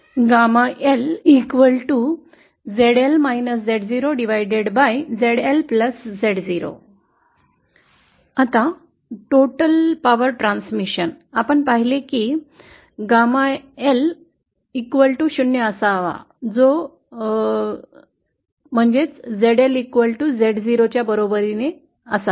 आता एकूण वीज संप्रेषणासाठी आपण पाहिले की gamma L 0 असावा जो ZL ला Zo च्या बरोबरीने सुचवा